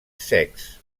secs